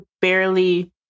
barely